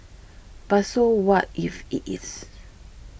but so what if it is